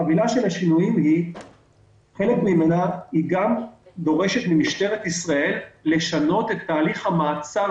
חלק מהחבילה של השינויים גם דורש ממשטרת ישראל לשנות את תהליך המעצר